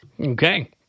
Okay